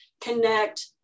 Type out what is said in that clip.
connect